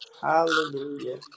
hallelujah